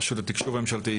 רשות התקשוב הממשלתי,